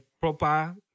proper